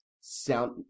sound